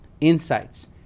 insights